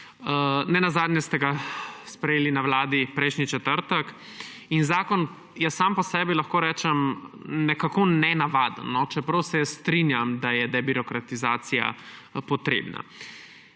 Na Vladi ste ga sprejeli prejšnji četrtek in zakon je sam po sebi, lahko rečem, nekako nenavaden, čeprav se strinjam, da je debirokratizacija potrebna.